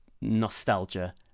nostalgia